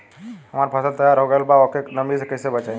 हमार फसल तैयार हो गएल बा अब ओके नमी से कइसे बचाई?